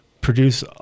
produce